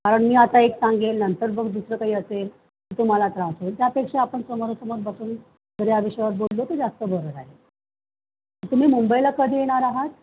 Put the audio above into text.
कारण मी आता एक सांगेल नंतर बघ दुसरं काही असेल तर तुम्हाला त्रास होईल त्यापेक्षा आपण समोरासमोर बसून जर या विषयावर बोललो तर जास्त बरं राहील तुम्ही मुंबईला कधी येणार आहात